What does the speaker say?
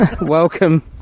Welcome